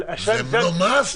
זה לא must?